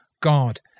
God